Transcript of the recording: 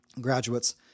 graduates